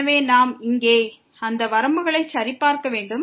எனவே நாம் இங்கே அந்த வரம்புகளை சரிபார்க்க வேண்டும்